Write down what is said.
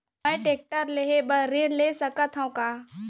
मैं टेकटर लेहे बर ऋण ले सकत हो का?